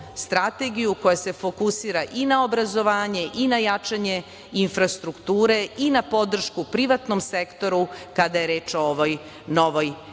strategiju koja se fokusira i na obrazovanje i na jačanje infrastrukture i na podršku privatnom sektoru kada je reč o ovoj novoj